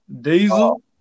Diesel